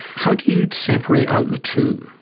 how do you separate out the two?